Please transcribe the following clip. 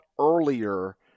earlier